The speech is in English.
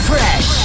Fresh